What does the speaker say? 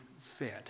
fed